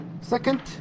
Second